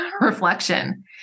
reflection